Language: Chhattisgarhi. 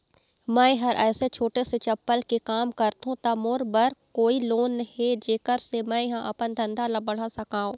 मैं हर ऐसे छोटे से चप्पल के काम करथों ता मोर बर कोई लोन हे जेकर से मैं हा अपन धंधा ला बढ़ा सकाओ?